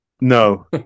No